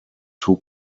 two